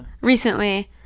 recently